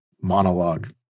monologue